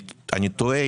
אני תוהה,